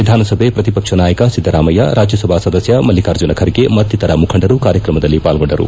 ವಿಧಾನಸಭೆ ಪ್ರತಿಪಕ್ಷ ನಾಯಕ ಸಿದ್ದರಾಮಯ್ಯ ರಾಜ್ಞಸಭಾ ಸದಸ್ಯ ಮಲ್ಲಿಕಾರ್ಜುನ ಖರ್ಗೆ ಮತ್ತಿತರ ಮುಖಂಡರು ಕಾರ್ಯಕ್ರಮದಲ್ಲಿ ಪಾಲ್ಗೊಂಡರು